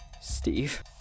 Steve